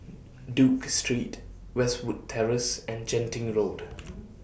Duke Street Westwood Terrace and Genting Road